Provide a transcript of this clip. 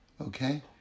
okay